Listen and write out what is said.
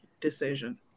decision